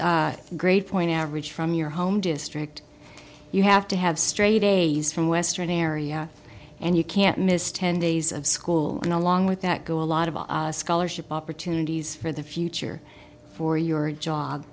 o grade point average from your home district you have to have straight a's from western area and you can't miss ten days of school and along with that go a lot of scholarship opportunities for the future for your job